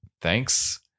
thanks